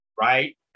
right